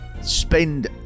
spend